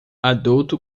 adulto